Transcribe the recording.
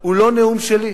הוא לא נאום שלי.